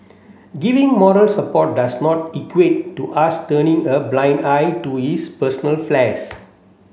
giving moral support does not equate to us turning a blind eye to his personal